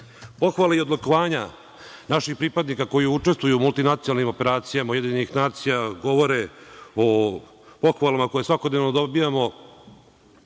i odlikovanja naših pripadnika koji učestvuju u multinacionalnim operacija UN govore o pohvalama koje svakodnevno dobijamo,